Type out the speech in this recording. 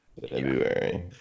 february